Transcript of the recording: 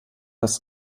dass